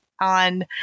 on